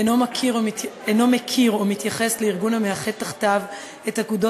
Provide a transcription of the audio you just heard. אינו מכיר או מתייחס לארגון המאחד תחתיו את אגודות